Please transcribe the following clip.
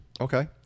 Okay